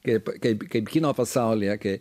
kaip kaip kaip kino pasaulyje kai